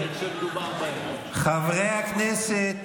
חברי הכנסת.